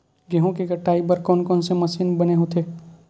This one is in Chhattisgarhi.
गेहूं के कटाई बर कोन कोन से मशीन बने होथे?